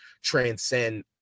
transcend